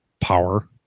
power